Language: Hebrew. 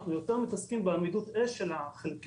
אנחנו יותר מתעסקים בעמידות אש של החלקים